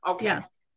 yes